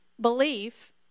belief